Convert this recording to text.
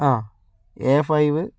ആ A five